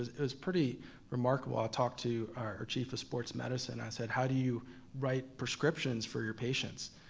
it was pretty remarkable, i talked to our chief of sports medicine, i said, how do you write prescriptions for your patients?